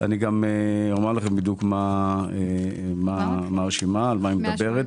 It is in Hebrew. גם אומר לכם בדיוק מה הרשימה, על מה היא מדברת.